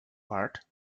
part